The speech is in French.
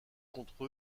contre